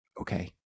okay